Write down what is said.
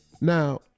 Now